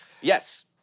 Yes